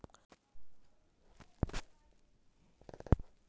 शिशु मुद्रा लोन के तहत तुमको बीस हजार का लोन आराम से मिल जाएगा